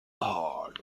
lord